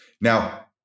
Now